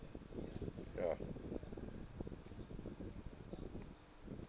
ya